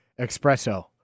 espresso